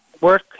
Work